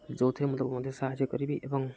ଯେଉଁଥିରେ ମୁଁ ତାକୁ ମଧ୍ୟ ସାହାଯ୍ୟ କରିବି ଏବଂ